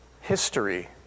history